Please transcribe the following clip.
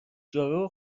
جارو